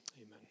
amen